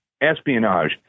espionage